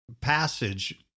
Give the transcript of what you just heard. passage